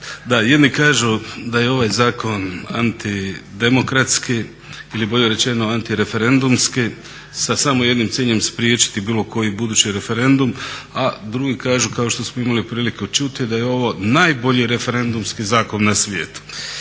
Da jedni kažu da je ovaj zakon antidemokratski ili bolje rečeno antireferendumski sa samo jednim ciljem spriječiti bilo koji budući referendum a drugi kažu kao što smo imali priliku čuti da je ovo najbolji referendumski zakon na svijetu.